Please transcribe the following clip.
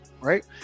Right